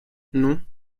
non